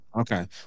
Okay